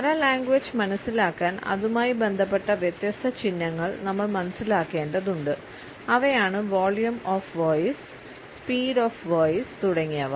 paralanguage മനസിലാക്കാൻ അതുമായി ബന്ധപ്പെട്ട വ്യത്യസ്ത ചിഹ്നങ്ങൾ നമ്മൾ മനസിലാക്കേണ്ടതുണ്ട് അവയാണ് വോളിയം ഓഫ് വോയിസ് തുടങ്ങിയവ